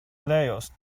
laos